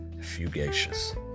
Fugacious